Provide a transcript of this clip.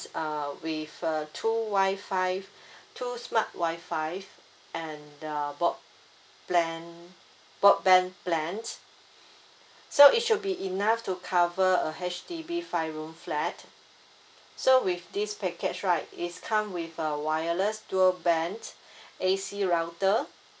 uh with uh two wi-fi two smart wi-fi and the broad plan broadband plan so it should be enough to cover a H_D_B five room flat so with this package right it's come with a wireless dual band A_C router